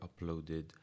uploaded